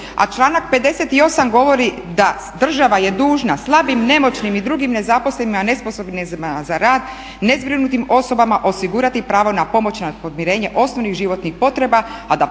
A članak 58. govori da država je dužna slabim, nemoćnim i drugim nezaposlenima i nesposobnima za rad, nezbrinutim osobama osigurati pravo na pomoć i podmirenje osnovnih životnih potreba